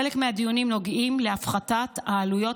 חלק מהדיונים נוגעים להפחתת העלויות